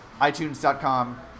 iTunes.com